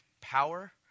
Power